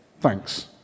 Thanks